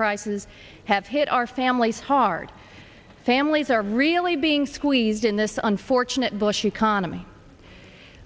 prices have hit our families hard families are really being squeezed in this unfortunate bush economy